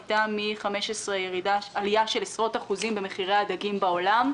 הייתה מ-2015 עלייה של עשרות אחוזים במחירי הדגים בעולם,